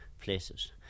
places